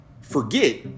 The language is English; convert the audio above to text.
forget